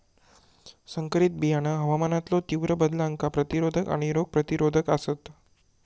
संकरित बियाणा हवामानातलो तीव्र बदलांका प्रतिरोधक आणि रोग प्रतिरोधक आसात